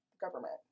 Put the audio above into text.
government